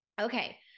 okay